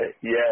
Yes